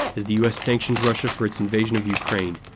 as the us sanctioned russia for its invasion of ukraine,